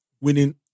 winning